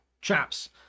chaps